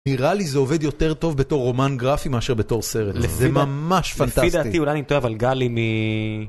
נראה לי זה עובד יותר טוב בתור רומן גרפי מאשר בתור סרט, זה ממש פנטסטי. לפי דעתי אולי נמתוח על גלי מ...